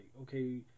okay